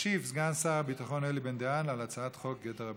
ישיב סגן שר הביטחון אלי בן-דהן על הצעת חוק גדר הביטחון.